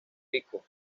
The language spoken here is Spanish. rico